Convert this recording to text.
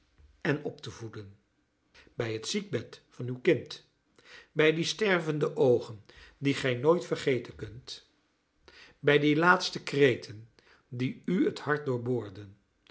en op te voeden bij het ziekbed van uw kind bij die stervende oogen die gij nooit vergeten kunt bij die laatste kreten die u het hart